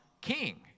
king